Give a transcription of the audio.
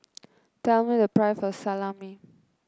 tell me the price of Salami